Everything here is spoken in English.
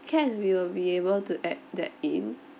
can we will be able to add that in